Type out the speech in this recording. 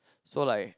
so like